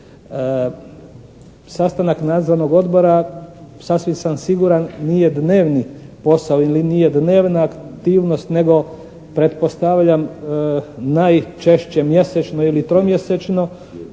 Sastanak nadzornog odbora sasvim sam siguran nije dnevni posao ili nije dnevna aktivnost nego pretpostavljam najčešće mjesečno ili tromjesečno